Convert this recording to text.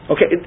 Okay